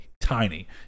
Tiny